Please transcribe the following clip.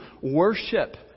worship